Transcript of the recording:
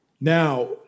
Now